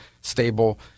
stable